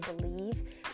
believe